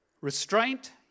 Restraint